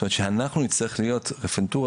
זאת אומרת שאנחנו נצטרך להיות רפנטורה,